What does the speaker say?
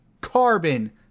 carbon